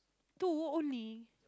two only